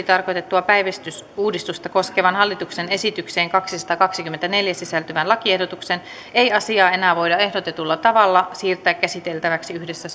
tarkoitettua päivystysuudistusta koskevan hallituksen esitykseen kaksisataakaksikymmentäneljä sisältyvän lakiehdotuksen ei asiaa enää voida ehdotetulla tavalla siirtää käsiteltäväksi yhdessä